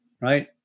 Right